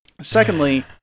secondly